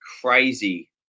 crazy